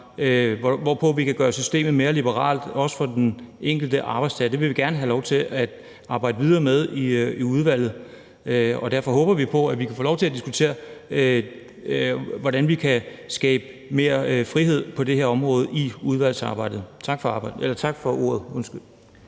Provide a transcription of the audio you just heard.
EU-retten kan gøre systemet mere liberalt, også for den enkelte arbejdstager. Det vil vi gerne have lov til at arbejde videre med i udvalget. Og derfor håber vi på, at vi i udvalgsarbejdet kan få lov til at diskutere, hvordan vi kan skabe mere frihed på det her område. Tak for ordet.